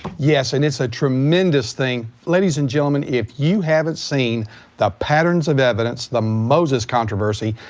yes and it's a tremendous thing ladies and gentlemen, if you haven't seen the patterns of evidence, the moses controversy,